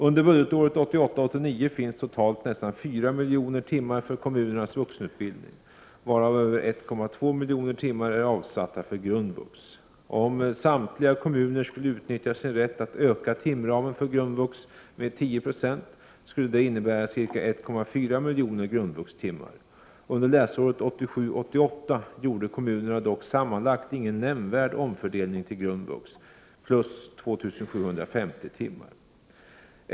Under budgetåret 1988 88 gjorde kommunerna dock sammanlagt ingen nämnvärd omfördelning till grundvux .